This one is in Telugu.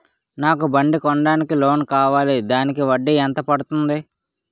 నాకు బండి కొనడానికి లోన్ కావాలిదానికి వడ్డీ ఎంత పడుతుంది?